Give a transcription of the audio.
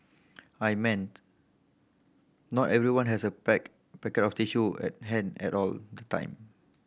I meant not everyone has a black packet of tissue at hand and all the time